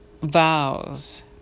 Vows